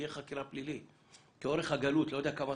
תהיה חקירה פלילית ארוכה --- אגב,